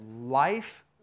life